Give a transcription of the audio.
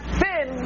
sin